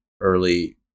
early